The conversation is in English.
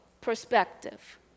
perspective